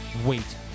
Wait